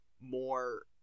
more